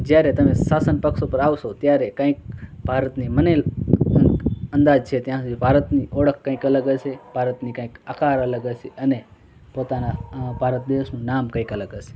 જ્યારે તમે શાસન પક્ષ પર આવશો ત્યારે કંઈક ભારતની મને અંદાજ છે ત્યાં સુધી ભારતની ઓળખ કંઈક અલગ હશે ભારતની કંઈક અકાર અલગ હશે અને પોતાના ભારત દેશનું નામ કંઈક અલગ હશે